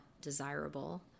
desirable